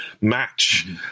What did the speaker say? match